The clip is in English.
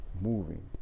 moving